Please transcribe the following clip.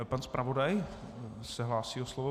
Pan zpravodaj se hlásí o slovo.